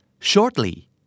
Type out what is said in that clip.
Shortly